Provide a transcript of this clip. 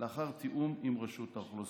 לאחר תיאום עם רשות האוכלוסין.